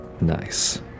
Nice